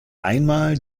einmal